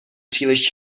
příliš